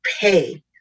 pay